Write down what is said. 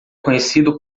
conhecido